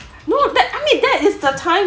no that I mean that is the time